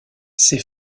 ces